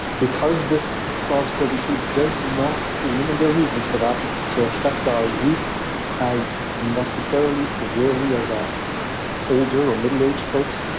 because this sars cov two does not seem and there are reasons for that to affect our youth as necessarily severely as our older or middle age folks,